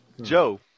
Joe